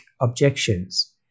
objections